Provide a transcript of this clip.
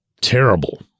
terrible